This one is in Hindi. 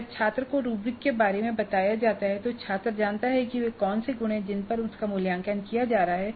जब छात्र को रूब्रिक के बारे में बताया जाता है तो छात्र जानता है कि वे कौन से गुण हैं जिन पर उसका मूल्यांकन किया जा रहा है